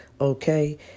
okay